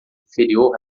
inferior